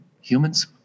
humans